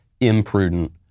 imprudent